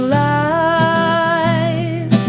life